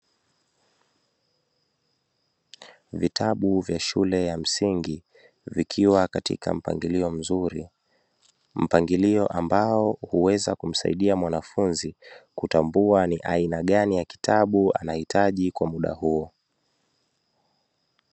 Vitabu vya shule ya msingi, vikiwa katika mpangilio mzuri. Mpangilio ambao huweza kumsaidia mwanafunzi, kutambua ni aina gani ya kitabu anahitaji kwa muda huu.